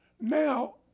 Now